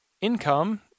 income